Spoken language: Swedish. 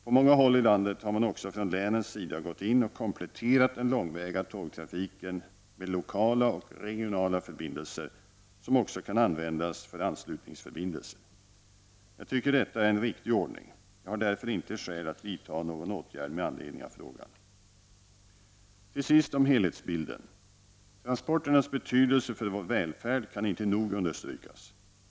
På många håll i landet har man också från länens sida gått in och kompletterat den långväga tågtrafiken med lokala och regionala förbindelser, som också kan användas för anslutningsförbindelser. Jag tycker detta är en riktig ordning. Jag har därför inte skäl att vidta någon åtgärd med anledning av frågan. Till sist om helhetsbilden. Transporternas betydelse för vår välfärd kan inte nog understrykas.